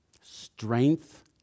Strength